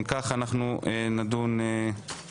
הצבעה אושר אנחנו נדון ברוויזיה.